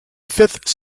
fifth